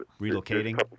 relocating